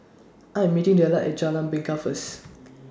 I Am meeting Dellar At Jalan Bingka First